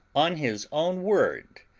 on his own word,